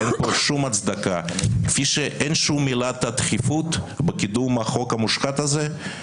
אין פה שום הצדקה כפי שאין שום מילת הדחיפות בקידום החוק המושחת הזה,